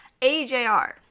ajr